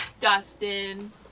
Dustin